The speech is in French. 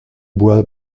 bois